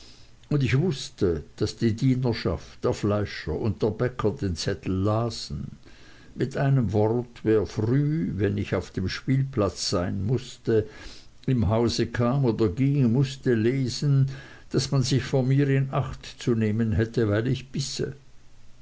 und ich wußte daß die dienerschaft der fleischer und der bäcker den zettel lasen mit einem wort wer früh wenn ich auf dem spielplatz sein mußte im hause kam oder ging mußte lesen daß man sich vor mir in acht zu nehmen hätte weil ich bisse